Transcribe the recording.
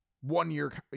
one-year